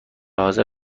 حاضر